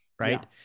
right